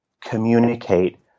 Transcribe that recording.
communicate